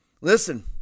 Listen